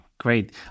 great